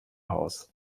haus